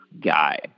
guy